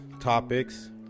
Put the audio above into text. topics